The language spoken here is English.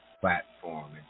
platform